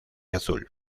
azul